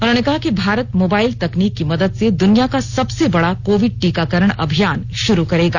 उन्होंने कहा कि भारत मोबाइल तकनीक की मदद से दुनिया का सबसे बड़ा कोविड टीकाकरण अभियान शुरू करेगा